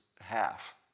half